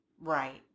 right